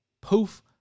Poof